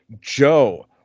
Joe